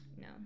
no